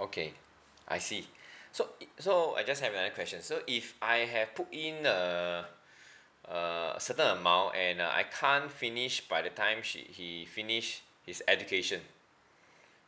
okay I see so so I just have another question so if I have put in uh uh certain amount and I can't finish by the time she he finish his education